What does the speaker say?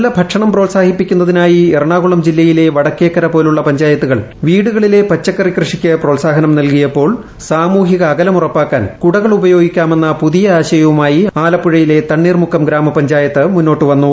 നല്ല ഭക്ഷണം പ്രോത്സാഹിപ്പിക്കുന്നതിനായി എറണാകുളം ജില്ലയിലെ വടക്കേക്കര പോലുള്ള പഞ്ചായത്തുകൾ വീടുകളിലെ പച്ചക്കറി കൃഷിക്ക് പ്രോത്സാഹനം നൽകിയപ്പോൾ സാമൂഹിക അകലം ഉറപ്പാക്കാൻ കുടകൾ ഉപയോഗിക്കാമെന്ന പുതിയ ആശയവുമായി ആലപ്പുഴയിലെ തണ്ണീർമുക്കം ഗ്രാമപഞ്ചായത്ത് മുന്നോട്ട് വന്നു